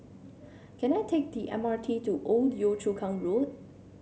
can I take the M R T to Old Yio Chu Kang Road